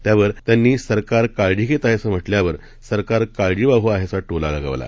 त्यावर त्यांनी सरकार काळजी घेत आहे असं म्हॅटल्यावर सरकार काळजीवाहू आहे असा टोला लगावला